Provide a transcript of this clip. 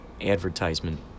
advertisement